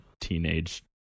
teenage